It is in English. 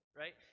right